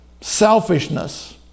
selfishness